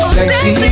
Sexy